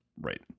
right